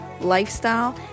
lifestyle